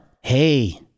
Hey